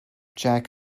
jack